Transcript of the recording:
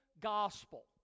gospel